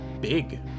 big